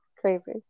crazy